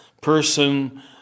person